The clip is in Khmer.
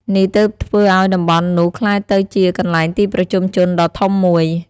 នេះទើបធ្វើឪ្យតំបន់នោះក្លាយទៅជាកន្លែងទីប្រជុំជនដ៏ធំមួយ។